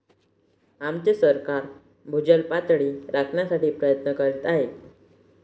आमचे सरकार भूजल पातळी राखण्याचा प्रयत्न करीत आहे